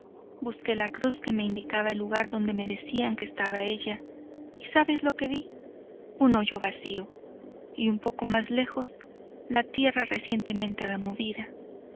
busqué la cruz que me indicaba el lugar donde me decían que estaba ella y sabes lo que vi un hoyo vacío y un poco más lejos la tierra recientemente removida